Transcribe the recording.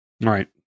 right